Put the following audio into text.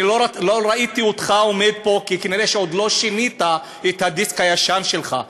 אני לא ראיתי אותך עומד פה כי כנראה עוד לא שינית את הדיסק הישן שלך.